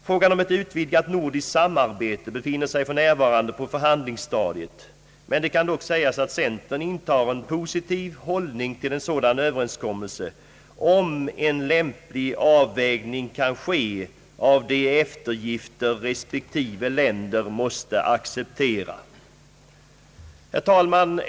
Frågan om ett utvidgat nordiskt samarbete befinner sig för närvarande på förhandlingsstadiet, men det kan dock sägas att centern intar en positiv hållning till en sådan överenskommelse, om en lämplig avvägning kan ske av de eftergifter respektive länder måste acceptera. Herr talman!